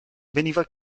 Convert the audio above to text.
veniva